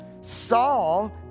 Saul